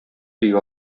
бик